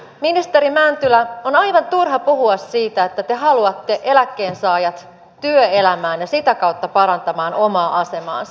ministeri mäntylä on aivan turha puhua siitä että te haluatte eläkkeensaajat työelämään ja sitä kautta parantamaan omaa asemaansa